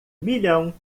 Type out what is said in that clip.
milhão